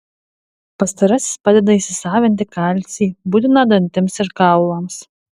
pastarasis padeda įsisavinti kalcį būtiną dantims ir kaulams